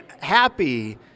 happy